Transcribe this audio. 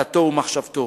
דתו ומחשבתו.